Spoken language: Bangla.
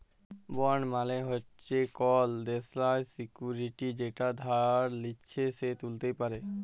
বন্ড মালে হচ্যে কল দেলার সিকুইরিটি যেটা যে ধার লিচ্ছে সে ত্যুলতে পারে